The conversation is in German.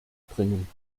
bringen